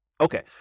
Okay